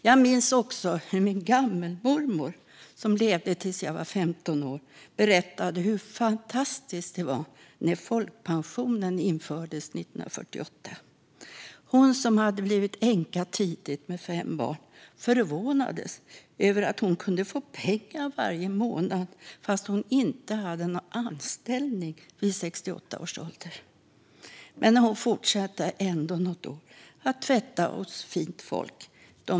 Jag minns också hur min gammelmormor, som levde tills jag var 15 år, berättade hur fantastiskt det var när folkpensionen infördes 1948. Hon, som blivit änka tidigt med fem barn, förvånades över att hon vid 68 års ålder kunde få pengar varje månad fast hon inte hade någon anställning. Men hon fortsatte ändå att tvätta hos "fint folk" något år.